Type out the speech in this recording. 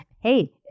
Hey